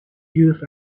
youth